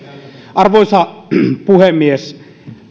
arvoisa puhemies